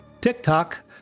TikTok